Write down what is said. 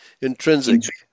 Intrinsic